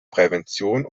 prävention